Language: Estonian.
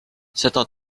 seda